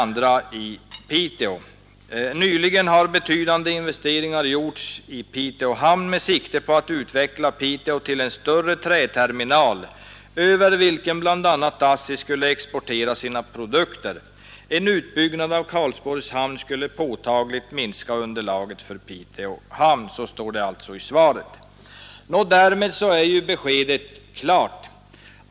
Nyligen har betydande investeringar gjorts i Piteå hamn med sikte på att utveckla Piteå till en större träterminal, över vilken bl.a. ASSI skulle exportera sina produkter. En utbyggnad av Karlsborgs hamn skulle påtagligt minska underlaget för Piteå hamn.” Så sägs det alltså i svaret. Därmed är beskedet klart.